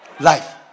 life